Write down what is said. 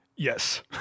Yes